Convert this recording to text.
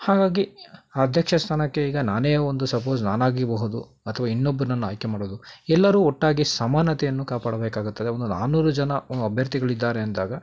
ಹಾಗಾಗಿ ಆ ಅಧ್ಯಕ್ಷ ಸ್ಥಾನಕ್ಕೆ ಈಗ ನಾನೇ ಒಂದು ಸಪೋಸ್ ನಾನಾಗಿರಬಹುದು ಅಥವಾ ಇನ್ನೊಬ್ರನ್ನ ಆಯ್ಕೆ ಮಾಡೋದು ಎಲ್ಲರೂ ಒಟ್ಟಾಗಿ ಸಮಾನತೆಯನ್ನು ಕಾಪಾಡಬೇಕಾಗುತ್ತದೆ ಒಂದು ನಾನ್ನೂರು ಜನ ಅಭ್ಯರ್ಥಿಗಳಿದ್ದಾರೆ ಅಂದಾಗ